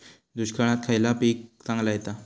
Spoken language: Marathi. दुष्काळात खयला पीक चांगला येता?